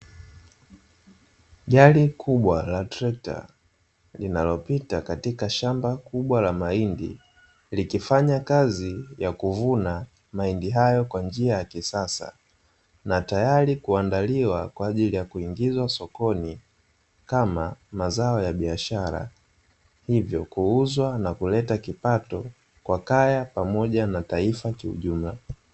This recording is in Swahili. Gari kubwa la trekta linalopita katika shamba kubwa la mahindi, likifanya kazi ya kuvuna mahindi hayo kwa njia ya kisasa na tayari kuandaliwa, kwa ajili ya kuingizwa sokoni kama mazao ya biashara hivyo kuuzwa na kuleta kipato kwa kaya pamoja na taifa kiujumla.